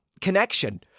connection